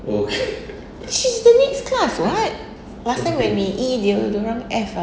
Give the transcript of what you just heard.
she's the next class [what] last time when we E diorang F ah